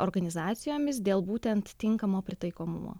organizacijomis dėl būtent tinkamo pritaikomumo